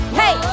hey